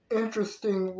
interesting